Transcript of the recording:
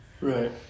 Right